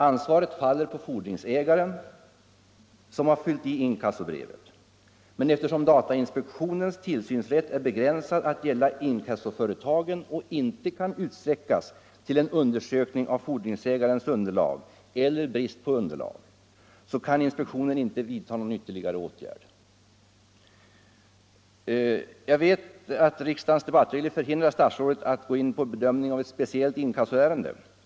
Ansvaret faller på fordringsägaren som har fyllt i inkassobrevet. Men eftersom datainspektionens tillsynsrätt är begränsad att gälla inkassoföretagen och inte kan utsträckas till en undersökning av fordringsägarens underlag eller brist på underlag för kravet, kan inspektionen inte vidtaga någon ytterligare åtgärd. Jag vet att riksdagens debattregler förhindrar statsrådet att gå in på en bedömning av ett speciellt inkassoärende.